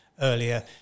earlier